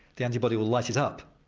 the antibody will light it up.